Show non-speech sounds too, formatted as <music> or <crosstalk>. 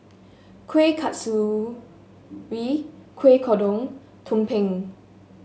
Kueh Kasturi <unintelligible> Kueh Kodok tumpeng